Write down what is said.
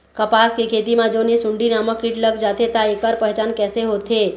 कपास के खेती मा जोन ये सुंडी नामक कीट लग जाथे ता ऐकर पहचान कैसे होथे?